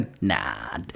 Nah